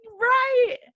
Right